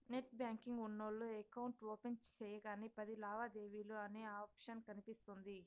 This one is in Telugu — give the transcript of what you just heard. నెట్ బ్యాంకింగ్ ఉన్నోల్లు ఎకౌంట్ ఓపెన్ సెయ్యగానే పది లావాదేవీలు అనే ఆప్షన్ కనిపిస్తుంది